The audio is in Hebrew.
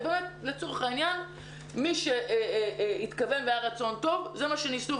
אני מדברת לצורך העניין מי שהתכוון והיה רצון טוב זה מה שניסו,